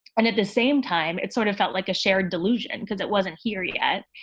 and at the same time, it sort of felt like a shared delusion because it wasn't here yet.